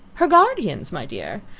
her guardians, my dear.